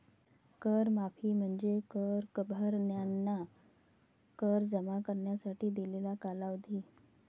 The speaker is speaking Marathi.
कर माफी म्हणजे कर भरणाऱ्यांना कर जमा करण्यासाठी दिलेला कालावधी